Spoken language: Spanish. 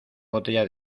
botella